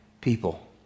people